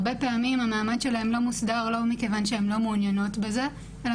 הרבה פעמים המעמד שלהן לא מוסדר לא מכיוון שהן לא מעוניינות בזה אלא